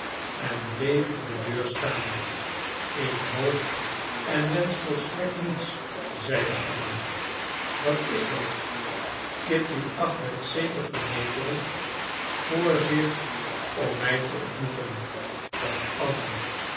en bleef in de deur staan ik hoop en wensch volstrekt niets zeide anna wat is dat kitty acht het zeker vernederend voor zich om mij te ontmoeten dacht anna